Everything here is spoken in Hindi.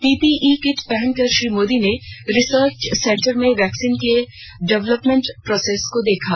पीपीई किट पहनकर श्री मोदी ने रिसर्च सेंटर में वैक्सीन की डेवलपमेंट प्रोसेस देखी